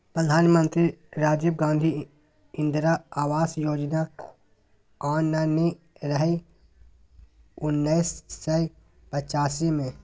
प्रधानमंत्री राजीव गांधी इंदिरा आबास योजना आनने रहय उन्नैस सय पचासी मे